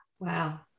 wow